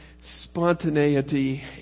spontaneity